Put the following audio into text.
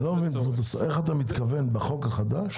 אני לא מבין, כבוד השר, איך אתה מתכוון בחוק החדש